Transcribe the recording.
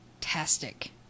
fantastic